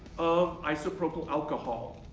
of isopropyl alcohol.